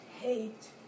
hate